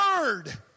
word